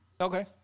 Okay